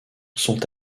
sont